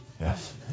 Yes